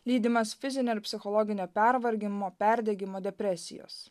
lydimas fizinio ir psichologinio pervargimo perdegimo depresijos